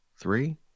Three